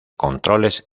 controles